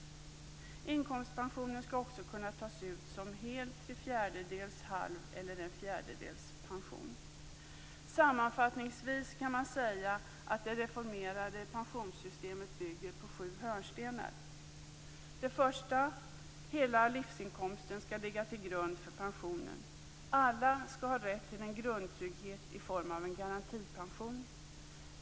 Inkomstpensionen skall också kunna tas som hel, tre fjärdedels, halv eller en fjärdedels pension. Sammanfattningsvis kan man säga att det reformerade pensionssystemet bygger på sju hörnstenar: 1. Hela livsinkomsten skall ligga till grund för pensionen. 2. Alla skall ha rätt till en grundtrygghet i form av en garantipension. 3.